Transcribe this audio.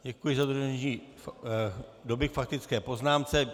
Děkuji za dodržení doby k faktické poznámce.